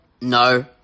No